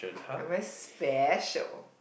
I'm very special